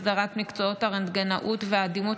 הסדרת מקצועות הרנטגנאות והדימות),